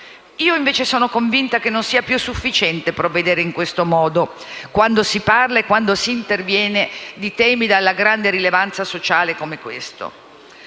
Io invece sono convinta che non sia più sufficiente provvedere in questo modo, quando si parla e quando si interviene su temi dalla grande rilevanza sociale, come quello